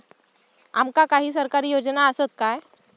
आमका काही सरकारी योजना आसत काय?